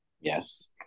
yes